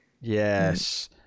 Yes